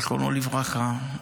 זיכרונו לברכה,